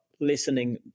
listening